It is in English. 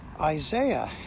Isaiah